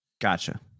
Gotcha